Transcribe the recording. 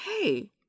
Hey